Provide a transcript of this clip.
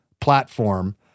platform